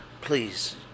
Please